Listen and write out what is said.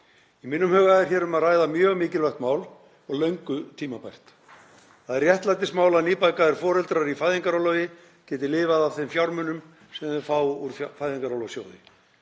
Í mínum huga er hér um að ræða mjög mikilvægt mál og löngu tímabært. Það er réttlætismál að nýbakaðir foreldrar í fæðingarorlofi geti lifað af þeim fjármunum sem þeir fá úr Fæðingarorlofssjóði.